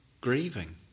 grieving